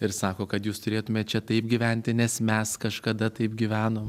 ir sako kad jūs turėtumėt čia taip gyventi nes mes kažkada taip gyvenom